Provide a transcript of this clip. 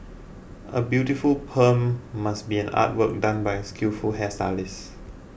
a beautiful perm must be an artwork done by a skillful hairstylist